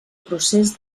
procés